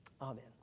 Amen